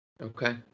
Okay